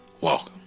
welcome